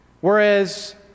Whereas